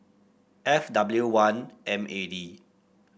F W one M A D